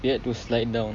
get to slide down